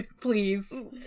please